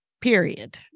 Period